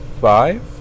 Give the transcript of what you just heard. Five